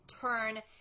turn